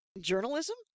Journalism